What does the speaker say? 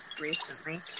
recently